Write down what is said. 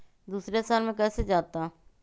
दूसरे शहर मे कैसे जाता?